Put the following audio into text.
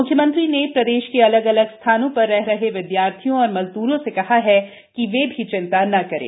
म्ख्यमंत्री ने प्रदेश के अलग अलग स्थानों पर रह रहे विद्यार्थियों और मजदूरों से कहा है कि वे भी चिन्ता न करें